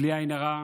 בלי עין הרע,